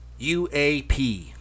UAP